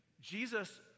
Jesus